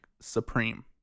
Supreme